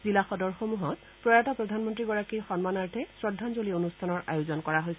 জিলা সদৰসমূহত প্ৰয়াত প্ৰধানমন্ত্ৰীগৰাকীৰ সন্মানাৰ্থে শ্ৰদ্ধাঞ্জলি অনুষ্ঠানৰ আয়োজন কৰা হৈছে